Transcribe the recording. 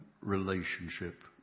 relationship